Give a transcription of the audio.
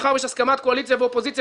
מאחר שיש הסכמת קואליציה ואופוזיציה,